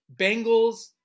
Bengals